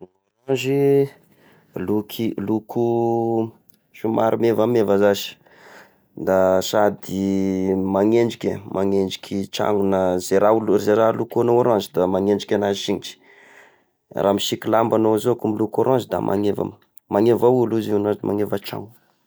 Ny orange, loky loko somary mevameva zashy, da sady manendrika manendriky tragno na ze raha olo, ze raha lokonao orange da manendrika an'azy sintry, raha misiky lamba agnao zao ko miloko orange da magneva, magneva olo izy ano magneva trano.